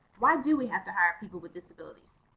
why do we have to hire people with disabilities?